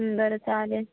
बरं चालेल